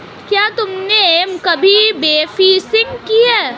क्या तुमने कभी बोफिशिंग की है?